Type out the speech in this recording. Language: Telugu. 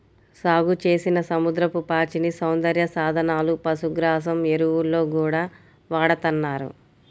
సాగుచేసిన సముద్రపు పాచిని సౌందర్య సాధనాలు, పశుగ్రాసం, ఎరువుల్లో గూడా వాడతన్నారు